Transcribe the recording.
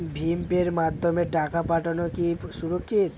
ভিম পের মাধ্যমে টাকা পাঠানো কি সুরক্ষিত?